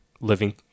living